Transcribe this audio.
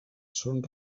són